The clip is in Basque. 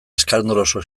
eskandaloso